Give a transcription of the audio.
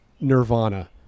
nirvana